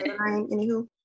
anywho